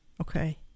Okay